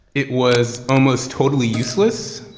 it was almost totally useless